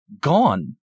gone